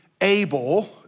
able